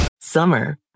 Summer